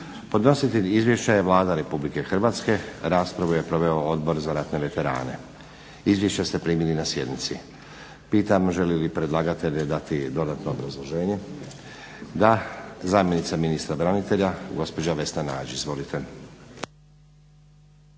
Podnositelj izvješća je Vlada Republike Hrvatske. Raspravu je proveo Odbor za ratne veterane. Izvješća ste primili na sjednici. Pitam želi li predlagatelj dati dodatno obrazloženje? Da. Zamjenica ministra branitelja, gospođa Vesna Nađ. Izvolite.